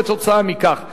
כתוצאה מכך נעשו,